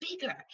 bigger